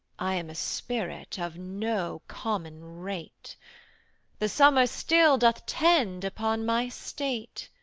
i am a spirit of no common rate the summer still doth tend upon my state